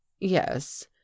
yes